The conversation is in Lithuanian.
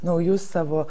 naujus savo